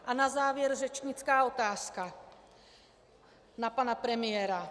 A na závěr řečnická otázka na pana premiéra.